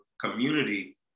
community